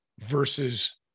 versus